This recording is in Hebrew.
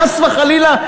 חס וחלילה,